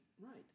Right